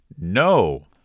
no